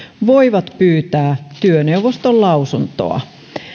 voivat pyytää työneuvoston lausuntoa